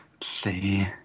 see